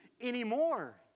anymore